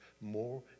more